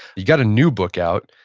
you got a new book out,